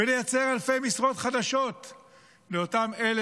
ולייצר אלפי משרות חדשות לאותם אלה